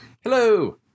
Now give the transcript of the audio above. Hello